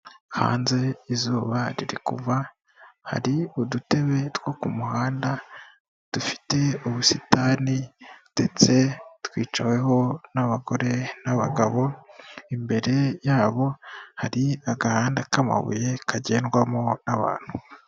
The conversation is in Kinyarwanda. Hanze izuba riri kuva, hari udutebe two ku muhanda, dufite ubusitani ndetse twicaweho n'abagore n'abagabo, imbere yabo hari agahanda k'amabuye kagendwamo n'abantu.